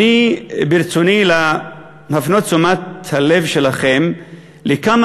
ברצוני להפנות את תשומת הלב שלכם לכמה